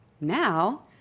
Now